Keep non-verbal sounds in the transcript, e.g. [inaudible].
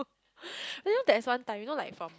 [breath] you know there is one time you know like from